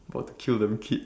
for to kill the kid